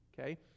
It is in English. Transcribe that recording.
Okay